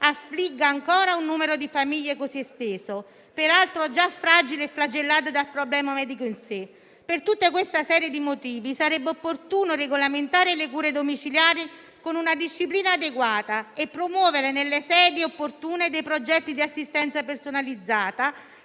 affligga ancora un numero di famiglie così esteso, peraltro già fragile e flagellato dal problema medico in sé. Per tutta questa serie di motivi sarebbe opportuno regolamentare le cure domiciliari con una disciplina adeguata e promuovere nelle sedi opportune dei progetti di assistenza personalizzata